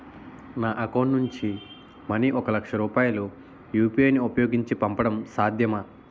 నా అకౌంట్ నుంచి మనీ ఒక లక్ష రూపాయలు యు.పి.ఐ ను ఉపయోగించి పంపడం సాధ్యమా?